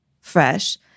fresh